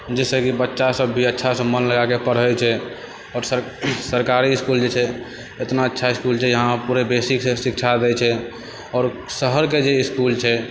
जाहिसँकि बच्चासब भी अच्छासँ मन लागकऽ पढ़ै छै आओर सरकारी इसकुल जे छै एतना अच्छा स्कूल इसकुल छै यहाँ पूरा बेसिकसँ शिक्षा दै छै आओर शहरके जे इसकुल छै